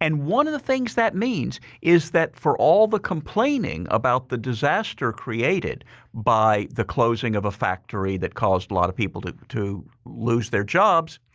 and one of the things that means is that for all the complaining about the disaster created by the closing of a factory, that caused a lot of people to to lose their jobs,